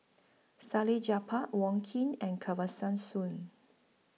Salleh Japar Wong Keen and Soon